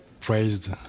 praised